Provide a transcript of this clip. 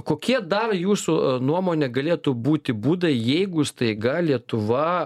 kokie dar jūsų nuomone galėtų būti būdai jeigu staiga lietuva